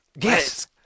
Yes